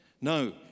no